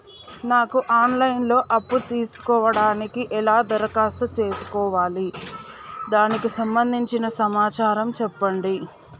నాకు online లో అప్పు తీసుకోవడానికి ఎలా దరఖాస్తు చేసుకోవాలి దానికి సంబంధించిన సమాచారం చెప్పండి?